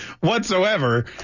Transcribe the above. whatsoever